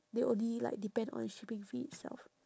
they only like depend on shipping fee itself